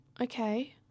Okay